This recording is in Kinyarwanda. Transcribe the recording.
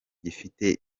gifite